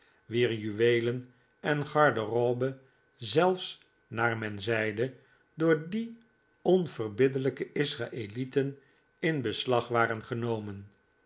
wier juweelen en garderobe zelfs naar men zeide door die onverbiddelijke israelieten in beslag waren genomen